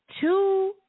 Two